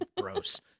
Gross